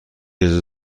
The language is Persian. اجازه